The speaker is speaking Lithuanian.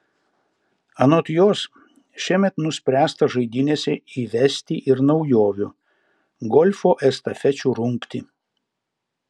anot jos šiemet nuspręsta žaidynėse įvesti ir naujovių golfo estafečių rungtį